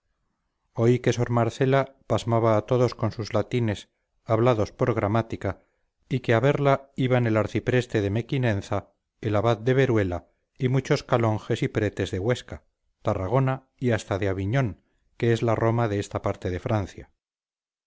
oí que sor marcela pasmaba a todos con sus latines hablados por gramática y que a verla iban el arcipreste de mequinenza el abad de veruela y muchos calonges y prestes de huesca tarragona y hasta de aviñón que es la roma de esta parte de francia